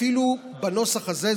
אפילו בנוסח הזה,